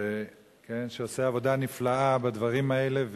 שעושה עבודה נפלאה בדברים האלה,